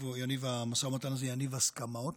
הסכמות.